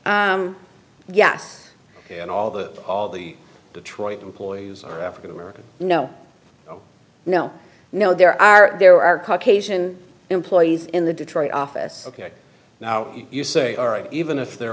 yes and all the all the detroit employees are african american no no no there are there are caucasian employees in the detroit office ok now you say all right even if there